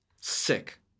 Sick